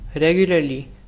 regularly